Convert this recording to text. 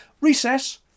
Recess